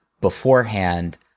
beforehand